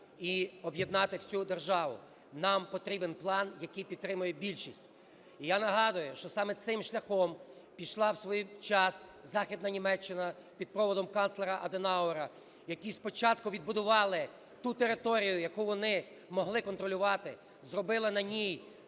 і об'єднати всю державу. Нам потрібен план, який підтримує більшість. І я нагадую, що саме цим шляхом пішла в свій час західна Німеччина під проводом канцлера Аденауера, які спочатку відбудували ту територію, яку вони могли контролювати, зробили на ній